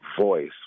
voice